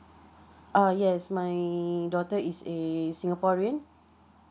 uh yes my daughter is a singaporean